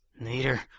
Later